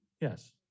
Yes